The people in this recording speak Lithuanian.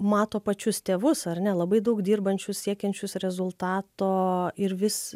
mato pačius tėvus ar ne labai daug dirbančius siekiančius rezultato ir vis